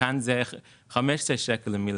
כאן מטילים 15 שקל מס על מיליליטר.